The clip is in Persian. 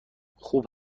خوب